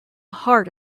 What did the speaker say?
heart